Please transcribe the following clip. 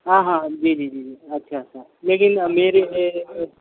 ہاں ہاں جی جی جی جی اچھا اچھا لیکن میرے